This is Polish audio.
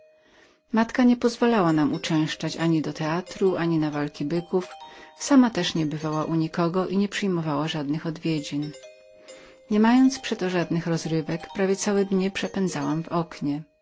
matka nie pozwalała nam uczęszczać ani do teatru ani na walki byków lub publiczne przechadzki sama też nie bywała u nikogo i nie przyjmowała żadnych odwiedzin niemając przeto żadnej zabawy prawie całe dnie przepędzałam w oknie